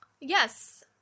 Yes